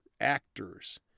actors